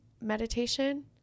meditation